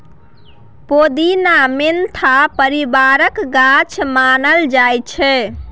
पोदीना मेंथा परिबारक गाछ मानल जाइ छै